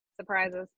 surprises